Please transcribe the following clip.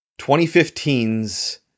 2015's